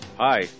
Hi